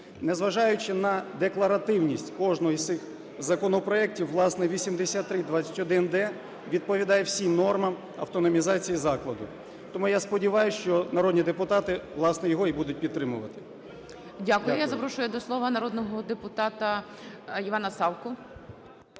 Незважаючи на декларативність кожного із цих законопроектів, власне, 8321-д відповідає всім нормам автономізації закладу. Тому я сподіваюсь, що народні депутати, власне, його і будуть підтримувати. ГОЛОВУЮЧИЙ. Дякую. Я запрошую до слова народного депутата Івана Савку.